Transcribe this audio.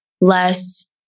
less